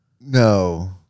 No